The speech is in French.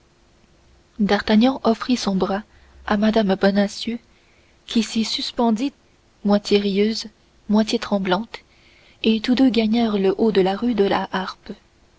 d'artagnan offrit son bras à mme bonacieux qui s'y suspendit moitié rieuse moitié tremblante et tous deux gagnèrent le haut de la rue de la harpe